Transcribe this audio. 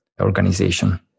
organization